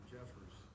Jeffers